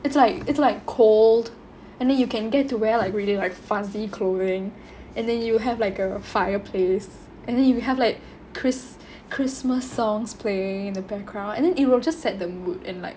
it's like it's like cold and then you can get to wear like really like fuzzy clothing and then you have like a fireplace and then if you have like chris~ christmas songs playing in the background and then it will just set the mood and like